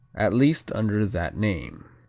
at least under that name.